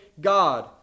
God